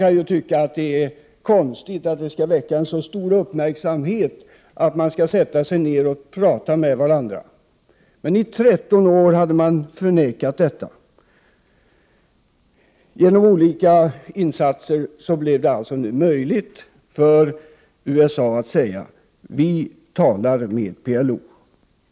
Man kan tycka att det är konstigt att det skall väcka så stor uppmärksamhet, detta att man skall sätta sig ned och prata med varandra. I 13 år hade man vägrat göra detta. Genom olika insatser blev det nu möjligt för USA att säga: Vi talar med PLO.